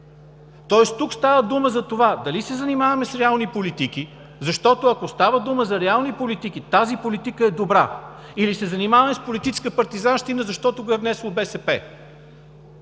Тоест тук става дума за това дали се занимаваме с реални политики, защото ако става дума за реални политики, тази политика е добра, или се занимаваме с политическа партизанщина, защото го е внесло БСП.